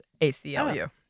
A-C-L-U